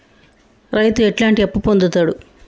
రైతు ఎట్లాంటి అప్పు పొందుతడు?